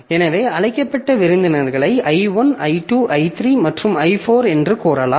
எனவே அழைக்கப்பட்ட விருந்தினர்களை I1 I2 I3 மற்றும் I4 என்று கூறலாம்